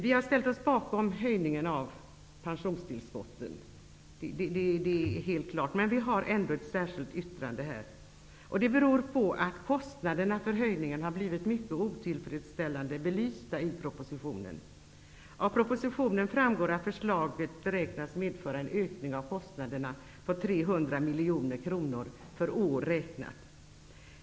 Vi har ställt oss bakom höjningen av pensionstillskotten. Det är helt klart. Men vi har ändå ett särskilt yttrande. Det beror på att kostnaderna för höjningen har blivit mycket otillfredsställande belysta i propositionen. Av propositionen framgår att förslaget beräknas medföra en ökning av kostnaderna på 300 miljoner kronor räknat per år.